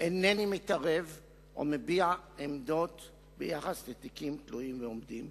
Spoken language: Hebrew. אינני מתערב או מביע עמדות ביחס לתיקים תלויים ועומדים.